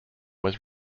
was